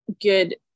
good